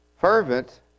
Fervent